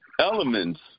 elements